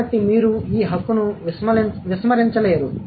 కాబట్టి మీరు ఈ హక్కును విస్మరించలేరు